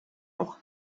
auch